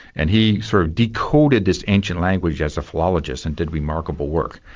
and he sort of decoded this ancient language as a philologist and did remarkable work.